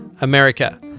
America